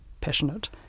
passionate